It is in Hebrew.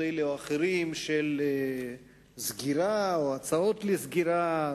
כאלה ואחרים לסגירה או הצעות לסגירה,